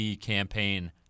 campaign